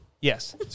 yes